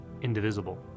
indivisible